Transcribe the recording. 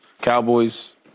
Cowboys